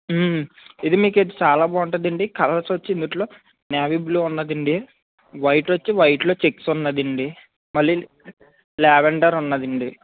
ఇది మీకు అయితే చాలా బాగుంటుంది అండి కలర్స్ వచ్చి ఇందులో నేవీ బ్లూ ఉన్నది అండి వైట్ వచ్చి వైట్లో చెక్స్ ఉన్నది అండి మళ్ళీ లేవేండర్ ఉన్నది అండి